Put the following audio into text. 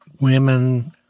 women